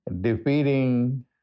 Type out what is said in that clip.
defeating